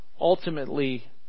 ultimately